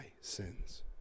sins